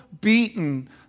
beaten